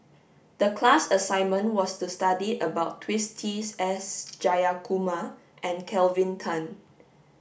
the class assignment was to study about Twisstii's S Jayakumar and Kelvin Tan